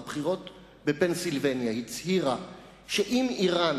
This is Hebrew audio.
בבחירות בפנסילבניה הצהירה שאם אירן